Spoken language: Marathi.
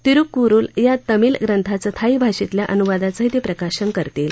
तिरुकुरुल या तामिळ ग्रंथाचं थायी भाषेतल्या अनुवादाचंही ते प्रकाशन करतील